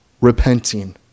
repenting